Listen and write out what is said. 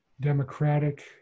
democratic